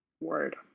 Word